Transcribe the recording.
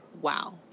Wow